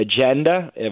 agenda